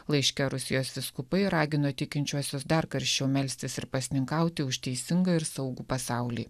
laiške rusijos vyskupai ragino tikinčiuosius dar karščiau melstis ir pasninkauti už teisingą ir saugų pasaulį